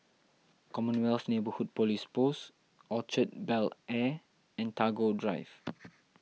Commonwealth Neighbourhood Police Post Orchard Bel Air and Tagore Drive